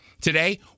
Today